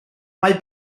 mae